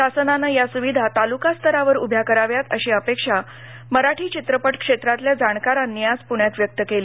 शासनानं या सुविधा तालूका स्तरावर उभ्या कराव्यात अशी अपेक्षा मराठी चित्रपट क्षेत्रातल्या जाणकारांनी आज पुण्यात व्यक्त केली